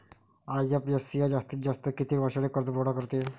IFCI जास्तीत जास्त किती वर्षासाठी कर्जपुरवठा करते?